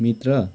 मित्र